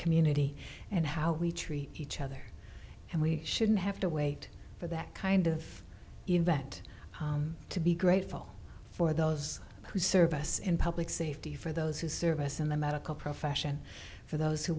community and how we treat each other and we shouldn't have to wait for that kind of event to be grateful for those who serve us in public safety for those who serve us in the medical profession for those who